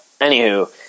anywho